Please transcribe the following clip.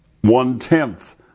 one-tenth